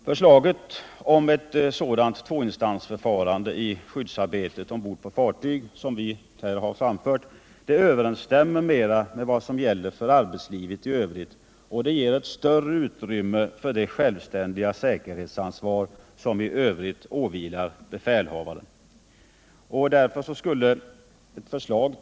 Förslaget om ett sådant tvåinstansförfarande i skyddsarbetet ombord på fartyg, som vi här har framfört, överensstämmer mera med vad som gäller för arbetslivet i övrigt och ger ett större utrymme för det självständiga säkerhoetsansvar som i övrigt åvilar befälhavaren.